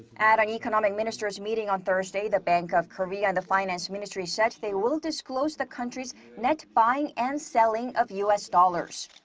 at an economic ministers meeting on thursday, the bank of korea and the finance ministry said they will disclose the country's net buying and selling of u s. dollars.